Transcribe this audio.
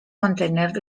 mantener